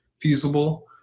feasible